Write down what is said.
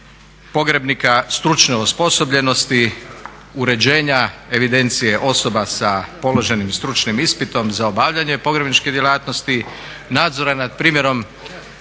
pogrebnika, stručne osposobljenosti, uređenja evidencije osoba sa položenim stručnim ispitom za obavljanje pogrebničke djelatnosti, nadzora nad primjenom